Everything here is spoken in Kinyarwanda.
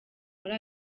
muri